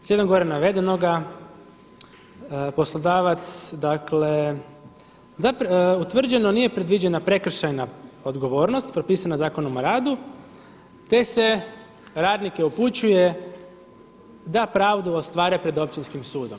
Slijedom gore navedenoga poslodavac dakle, utvrđeno, nije predviđena prekršajna odgovornost propisana Zakonom o radu te se radnike upućuje da pravdu ostvare pred Općinskim sudom.